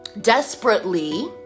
desperately